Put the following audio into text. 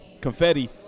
confetti